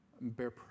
bear